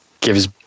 gives